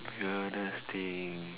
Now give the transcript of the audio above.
weirdest thing